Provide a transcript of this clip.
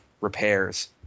repairs